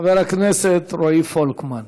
חבר הכנסת רועי פולקמן.